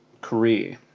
career